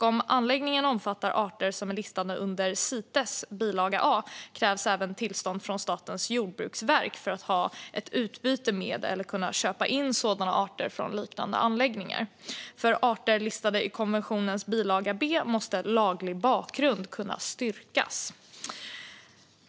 Om anläggningen omfattar arter som är listade under Cites, Convention on International Trade in Endangered Species of Wild Fauna and Flora, bilaga A, krävs även tillstånd från Statens jordbruksverk för att ha ett utbyte med eller kunna köpa in sådana arter från liknande anläggningar. För arter listade i konventionens bilaga B måste laglig bakgrund kunna styrkas.